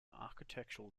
architectural